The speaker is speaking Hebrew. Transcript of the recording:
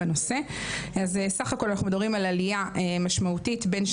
מדידה אקטיבית ובעצם יש עלייה משמעותית,